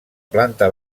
planta